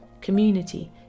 community